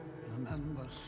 remember